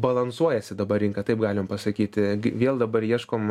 balansuojasi dabar rinka taip galim pasakyti vėl dabar ieškom